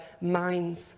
minds